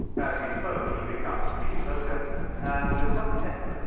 as he spoke he picked up the steel poker and, with a sudden effort,